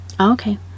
okay